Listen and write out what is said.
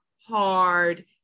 hard